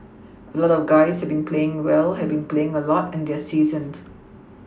a lot of guys have been playing well have been playing a lot and they're seasoned